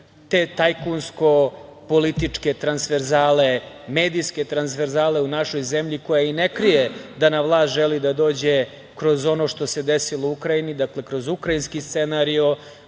te tajkunsko-političke transferzale, medijske transferzale u našoj zemlji koja i ne krije da na vlast želi da dođe kroz ono što se desilo u Ukrajini, kroz ukrajinski scenario,